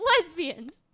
lesbians